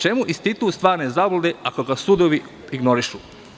Čemu institut stvarne zablude ako ga sudovi ignorišu?